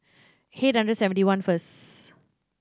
eight hundred and seventy one first